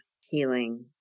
healing